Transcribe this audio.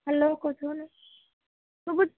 hello ଶୁଭୁଛି